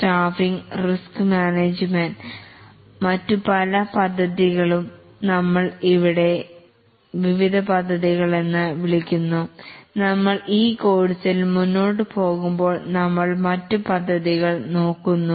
staffing risk management മറ്റു പല പദ്ധതികളും നമ്മൾ എവിടെ വിവിധപദ്ധതികൾ എന്ന് വിളിക്കുന്നു നമ്മൾ ഈ കോഴ്സിൽ മുന്നോട്ടു പോകുമ്പോൾ നമ്മൾ മറ്റു പദ്ധതികൾ നോക്കുന്നു